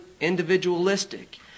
individualistic